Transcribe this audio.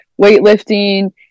weightlifting